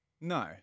No